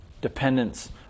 dependence